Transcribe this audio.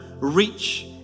reach